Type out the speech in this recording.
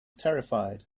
terrified